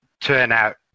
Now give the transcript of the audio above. turnout